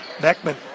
Beckman